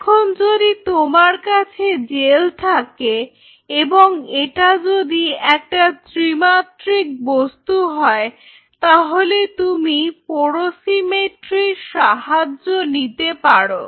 এখন যদি তোমার কাছে জেল থাকে এবং এটা যদি একটা ত্রিমাত্রিক বস্তু হয় তাহলে তুমি পোরোসিমেট্রির সাহায্য নিতে পারো